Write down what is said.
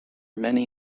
many